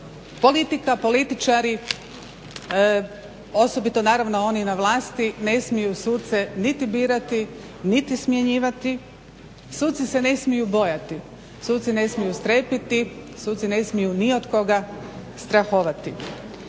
politika, političari osobito naravno oni na vlasti ne smiju suce niti birati niti smjenjivati, suci se ne smiju bojati, suci ne smiju strepiti, suci ne smiju ni od koga strahovati